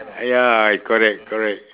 I ya I correct correct